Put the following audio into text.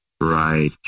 Right